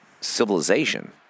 civilization